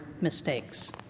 mistakes